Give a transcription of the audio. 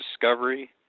discovery